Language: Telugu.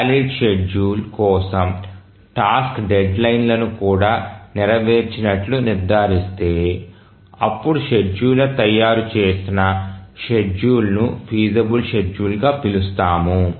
వ్యాలీడ్ షెడ్యూల్ కోసం టాస్క్ డెడ్లైన్ లను కూడా నెరవేర్చినట్లు నిర్ధారిస్తే అప్పుడు షెడ్యూలర్ తయారు చేసిన షెడ్యూల్ను ఫీజబల్ షెడ్యూలర్గా పిలుస్తాము